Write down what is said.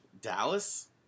Dallas